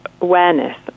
awareness